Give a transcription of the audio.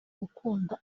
gukunda